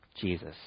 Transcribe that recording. Jesus